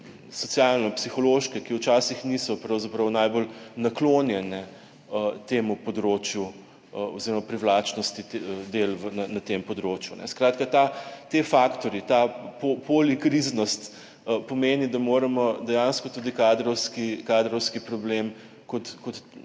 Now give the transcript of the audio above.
socialno-psihološke, ki včasih niso pravzaprav najbolj naklonjene temu področju oziroma privlačnosti del na tem področju. Skratka, ti faktorji, ta polikriznost pomeni, da moramo dejansko tudi kadrovski problem kot